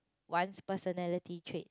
once personality trait